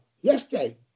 yesterday